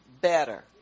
better